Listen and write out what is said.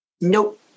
Nope